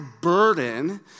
burden